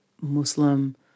Muslim